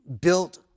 built